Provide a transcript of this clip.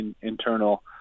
internal